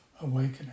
awakening